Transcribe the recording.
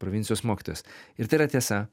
provincijos mokytojas ir tai yra tiesa